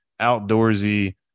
outdoorsy